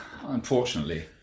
Unfortunately